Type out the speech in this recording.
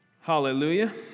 Hallelujah